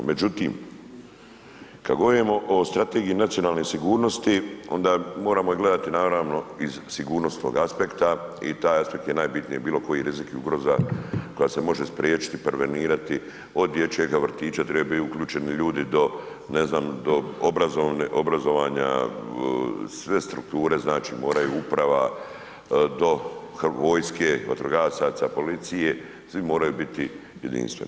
Međutim, kad govorimo o strategiji nacionalne sigurnosti onda moramo je gledati naravno iz sigurnosnog aspekta i taj aspekt je najbitniji, bilo koji rizik i ugroza koja se može spriječiti i prevenirati od dječjeg vrtića trebaju uključeni ljudi do, ne znam, do obrazovanja, sve strukture, znači moraju uprava do vojske, vatrogasaca, policije, svi moraju biti jedinstveni.